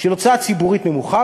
של הוצאה ציבורית נמוכה,